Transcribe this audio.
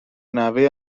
نحوه